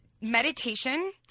meditation